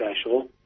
special